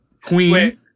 Queen